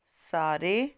ਸਾਰੇ